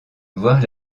voir